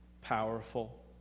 powerful